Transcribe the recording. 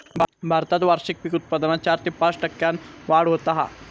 भारतात वार्षिक पीक उत्पादनात चार ते पाच टक्क्यांन वाढ होता हा